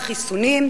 חיסונים,